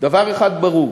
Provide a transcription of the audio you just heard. דבר אחד ברור: